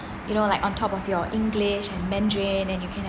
you know like on top of your english and mandarin and you can have